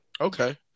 Okay